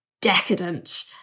decadent